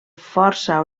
força